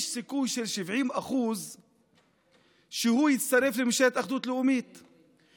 יש סיכוי של 70% שהוא יצטרף לממשלת אחדות לאומית,